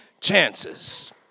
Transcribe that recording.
chances